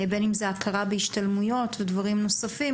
הכרה בהשתלמויות ודברים נוספים,